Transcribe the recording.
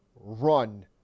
run